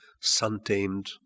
sun-tamed